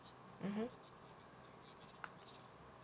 mmhmm